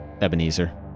Ebenezer